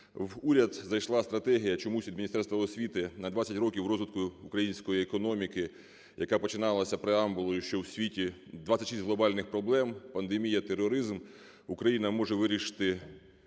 уряд зайшла стратегія, чомусь від Міністерства освіти, на 20 років розвитку української економіки, яка починалася преамбулою, що в світі 26 глобальних проблем: пандемія, тероризм… Україна може вирішити